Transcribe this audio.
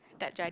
tak jadi